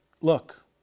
look